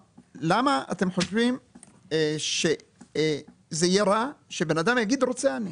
למה אתם חושבים שזה יהיה רע שבן אדם יגיד 'רוצה אני'.